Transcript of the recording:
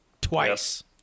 twice